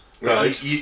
Right